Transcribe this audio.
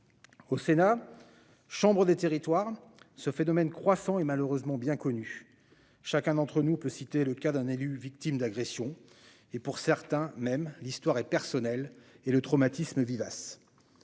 au Sénat, chambre des territoires ce phénomène croissant et malheureusement bien connu, chacun d'entre nous peut citer le cas d'un élu, victime d'agressions et pour certains même, l'histoire et personnel et le traumatisme vivace